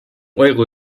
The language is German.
euro